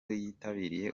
yitabiriye